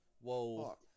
Whoa